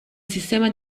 sistema